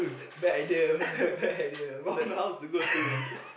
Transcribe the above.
bad idea bad idea round the house people do